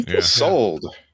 sold